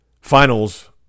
Finals